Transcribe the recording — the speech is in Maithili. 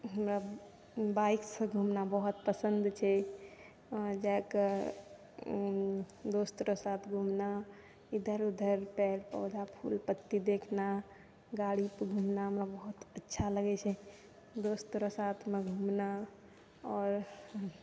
हमरा बाइकसँ घूमना बहुत पसन्द छै वहाँ जाकऽ दोस्त साथ घूमना इधर उधर पेड़ पौधा फूल पत्ती देखना गाड़ीपर घूमना हमरा बहुत अच्छा लगै छै दोस्त रऽ साथमे घूमना आओर